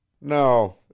no